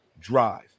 drive